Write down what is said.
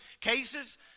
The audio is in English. cases